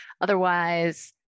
Otherwise